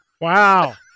Wow